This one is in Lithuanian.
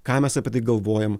ką mes apie tai galvojam